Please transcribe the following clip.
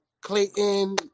Clayton